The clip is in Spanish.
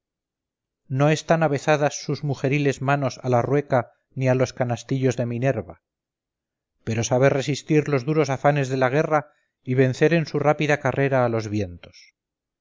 no están avezadas sus mujeriles manos a la rueca ni a los canastillos de minerva pero sabe resistir los duros afanes de la guerra y vencer en su rápida carrera a los vientos